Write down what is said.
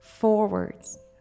forwards